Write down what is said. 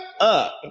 up